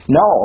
no